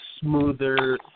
smoother